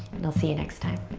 and i'll see you next time.